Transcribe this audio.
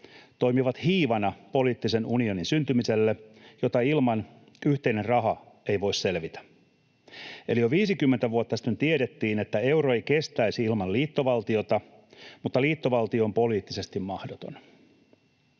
toimivat hiivana poliittisen unionin syntymiselle, jota ilman yhteinen raha ei voi selvitä. Eli jo 50 vuotta sitten tiedettiin, että euro ei kestäisi ilman liittovaltiota mutta liittovaltio on poliittisesti mahdoton.